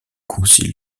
concile